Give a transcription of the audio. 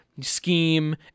scheme